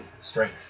strength